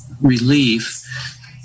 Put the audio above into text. relief